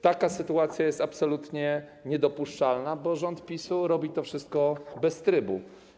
Taka sytuacja jest absolutnie niedopuszczalna, bo rząd PiS-u robi to wszystko bez trybu.